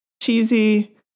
cheesy